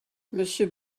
monsieur